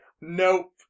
Nope